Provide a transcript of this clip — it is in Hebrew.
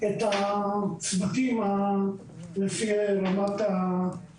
בעת משבר